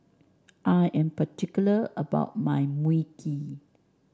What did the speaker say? I am particular about my Mui Kee